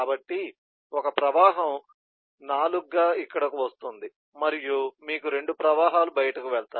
కాబట్టి ఒక ప్రవాహం 4 గా ఇక్కడకు వస్తుంది మరియు మీకు 2 ప్రవాహాలు బయటకు వెళ్తాయి